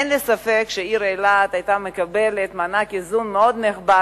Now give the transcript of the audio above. אין לי ספק שהעיר אילת היתה מקבלת מענק איזון מאוד נכבד,